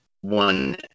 one